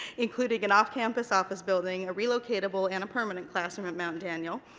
including an off-campus office building, a relocatable, and a permanent classroom at mount daniel,